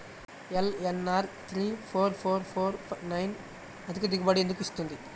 LNR three four four four nine అధిక దిగుబడి ఎందుకు వస్తుంది?